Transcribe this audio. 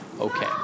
okay